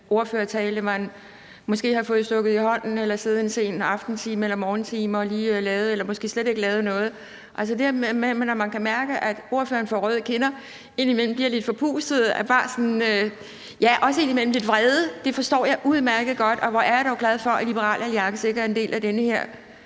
ordførertale, man måske har fået stukket i hånden. Eller en ordførertale, som man har siddet en sen aftentime eller en tidlig morgentime og lige lavet, eller at man måske slet ikke har lavet noget. Altså når man kan se, at ordføreren får røde kinder og indimellem bliver lidt forpustet, måske også indimellem lidt af vrede, og det forstår jeg udmærket godt. Hvor er jeg dog glad for, at Liberal Alliance ikke er en del af den